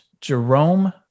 Jerome